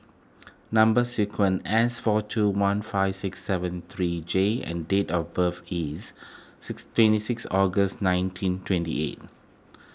Number Sequence S four two one five six seven three J and date of birth is six twenty six August nineteen twenty eight